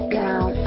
down